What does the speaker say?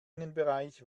innenbereich